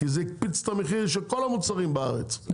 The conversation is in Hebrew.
זה הקפיץ את המחיר של כל המוצרים בארץ,